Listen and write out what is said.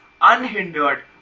unhindered